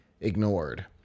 ignored